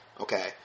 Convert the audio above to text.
Okay